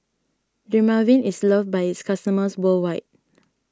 Dermaveen is loved by its customers worldwide